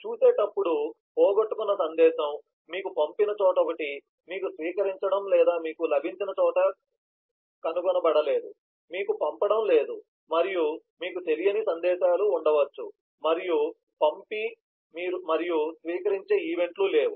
మనము చూసేటప్పుడు పోగొట్టుకున్న సందేశం మీకు పంపిన చోట ఒకటి మీకు స్వీకరించడం లేదా మీకు లభించిన చోట కనుగొనబడలేదు మీకు పంపడం లేదు మరియు మీకు తెలియని సందేశాలు ఉండవచ్చు మరియు పంపే మరియు స్వీకరించే ఈవెంట్లు లేవు